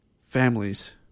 Families